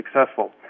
successful